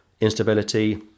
instability